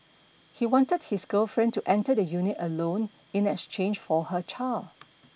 he wanted his girlfriend to enter the unit alone in exchange for her child